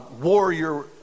warrior